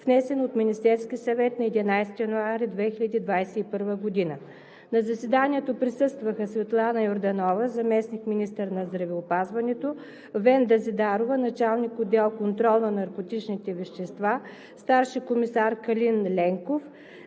внесен от Министерския съвет на 11 януари 2021 г. На заседанието присъстваха: Светлана Йорданова – заместник-министър на здравеопазването, Венда Зидарова – началник-отдел „Контрол на наркотичните вещества“, старши комисар Калин Ленков